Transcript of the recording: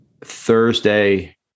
Thursday